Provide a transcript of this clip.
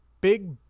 big